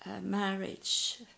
marriage